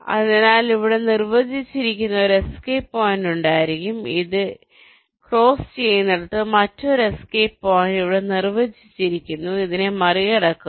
അതിനാൽ ഇവിടെ നിർവചിച്ചിരിക്കുന്ന ഒരു എസ്കേപ്പ് പോയിന്റ് ഉണ്ടായിരിക്കും അത് ഇത് ക്രോസ് ചെയ്യുന്നിടത്ത് മറ്റൊരു എസ്കേപ്പ് പോയിന്റ് ഇവിടെ നിർവചിച്ചിരിക്കുന്നത് ഇതിനെ മറികടക്കുന്നു